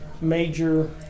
major